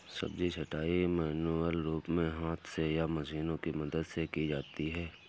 सब्जी छँटाई मैन्युअल रूप से हाथ से या मशीनों की मदद से की जाती है